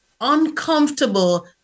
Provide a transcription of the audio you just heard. uncomfortable